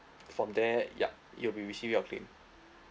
from there yup you will be receiving your claim